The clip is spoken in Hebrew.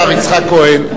השר יצחק כהן,